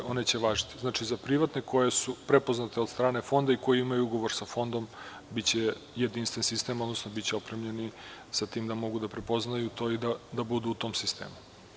Znači, za privatne ordinacije koje su prepoznate od strane Fonda i koji imaju ugovor sa Fondom biće jedinstven sistem, odnosno biće opremljeni sa tim da mogu da prepoznaju to i da budu u tom sistemu.